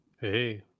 hey